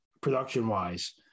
production-wise